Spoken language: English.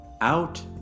Out